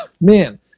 man